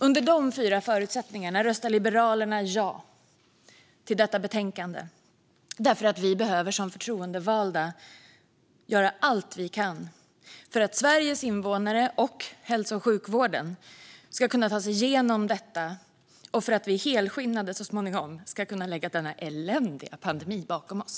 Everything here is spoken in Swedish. Under de fyra förutsättningarna röstar Liberalerna ja till detta förslag, för vi behöver som förtroendevalda göra allt vi kan för att Sveriges invånare och hälso och sjukvården ska kunna ta sig igenom detta och vi så småningom helskinnade ska kunna lägga denna eländiga pandemi bakom oss.